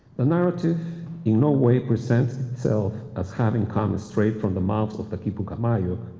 the narrative in no way presents itself as having come straight from the mouths of the quipucamayos.